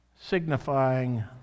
signifying